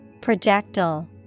Projectile